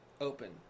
open